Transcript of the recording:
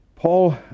Paul